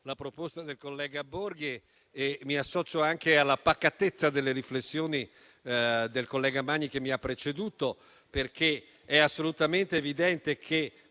Grazie,